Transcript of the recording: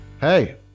Hey